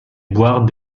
boire